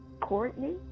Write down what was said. Courtney